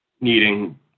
needing